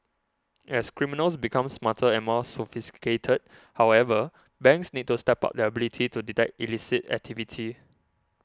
as criminals become smarter and more sophisticated however banks need to step up their ability to detect illicit activity